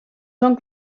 són